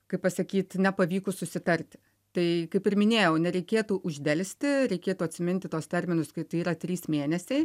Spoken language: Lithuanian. kaip pasakyt nepavykus susitarti tai kaip ir minėjau nereikėtų uždelsti reikėtų atsiminti tuos terminus kai tai yra trys mėnesiai